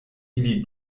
ili